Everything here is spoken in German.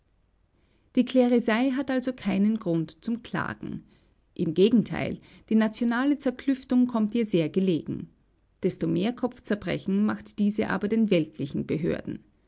die klerisei hat also keinen grund zum klagen im gegenteil die nationale zerklüftung kommt ihr sehr gelegen desto mehr kopfzerbrechen macht diese aber den weltlichen behörden